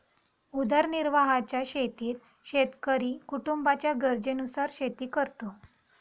उदरनिर्वाहाच्या शेतीत शेतकरी कुटुंबाच्या गरजेनुसार शेती करतो